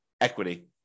equity